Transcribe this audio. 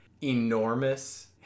enormous